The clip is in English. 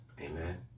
Amen